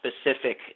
specific